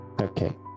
Okay